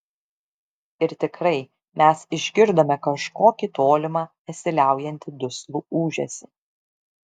ir tikrai mes išgirdome kažkokį tolimą nesiliaujantį duslų ūžesį